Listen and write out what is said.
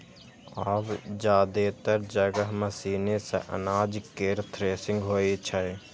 आब जादेतर जगह मशीने सं अनाज केर थ्रेसिंग होइ छै